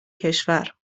کشور